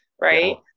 Right